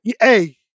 hey